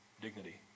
dignity